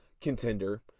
contender